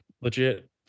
legit